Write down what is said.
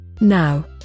Now